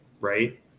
right